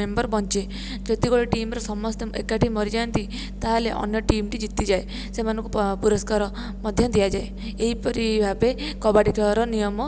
member ବଞ୍ଚେ ଯେତେବେଳେ ଟିମର ସମସ୍ତେ ଏକାଠି ମରିଯାଆନ୍ତି ତାହେଲେ ଅନ୍ୟ ଟିମଟି ଜିତିଯାଏ ସେମାନଙ୍କୁ ପ ପୁରସ୍କାର ମଧ୍ୟ ଦିଆଯାଏ ଏହିପରି ଭାବେ କବାଡ଼ି ଖେଳର ନିୟମ